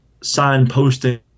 signposting